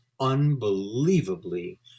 Unbelievably